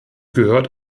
gehört